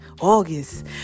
august